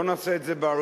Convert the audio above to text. לא נעשה את זה באריכות,